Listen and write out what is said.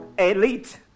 elite